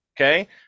Okay